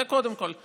זה קודם כול.